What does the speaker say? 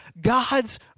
God's